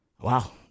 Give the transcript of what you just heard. Wow